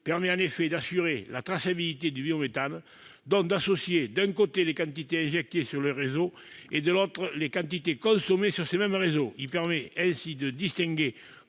permet, en effet, d'assurer la traçabilité du biométhane, donc d'associer, d'un côté, les quantités injectées sur les réseaux et, de l'autre, les quantités consommées sur ces mêmes réseaux. Il permet ainsi de distinguer